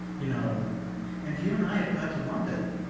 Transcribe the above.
you know and you and i have got to lump it,